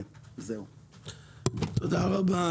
תודה רבה.